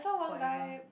forever